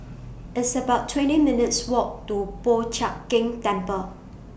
It's about twenty seven minutes' Walk to Po Chiak Keng Temple